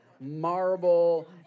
marble